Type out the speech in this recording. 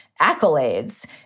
accolades